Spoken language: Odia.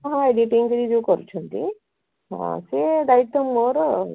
ହଁ ଏଡ଼ିଟିଙ୍ଗ ଯେଉଁ କରୁଛନ୍ତି ହଁ ସେ ଦାୟିତ୍ୱ ମୋର ଆଉ